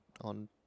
on